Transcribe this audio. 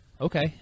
okay